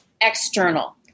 external